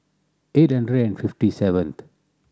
eight hundred and fifty seventh